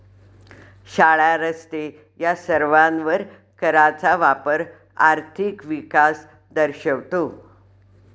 शाळा, रस्ते या सर्वांवर कराचा वापर आर्थिक विकास दर्शवतो